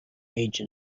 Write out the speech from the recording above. age